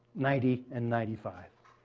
ninety and ninety five.